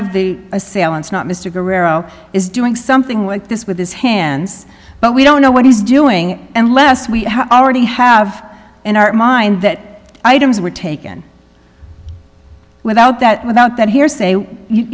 of the assailants not mr guerrero is doing something like this with his hands but we don't know what he's doing and less we already have in our mind that items were taken without that without that hearsay you